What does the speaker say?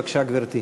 בבקשה, גברתי.